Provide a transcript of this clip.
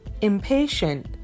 impatient